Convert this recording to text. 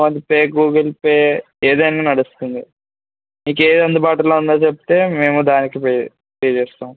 PhonePe Google Pay ఏదైనా నడుస్తుంది మీకు ఏది అందుబాటులో ఉందో చెప్తే మేము దానికి పే పే చేస్తాం